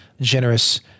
generous